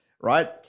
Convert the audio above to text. right